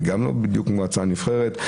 היא גם לא בדיוק מועצה נבחרת.